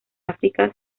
áfrica